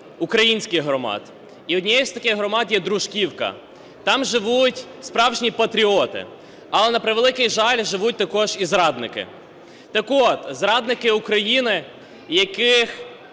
українських громад. І однією з таких громад є Дружківка. Там живуть справжні патріоти. Але, на превеликий жаль, живуть також і зрадники. Так от зрадники України, яких